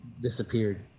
disappeared